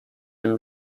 and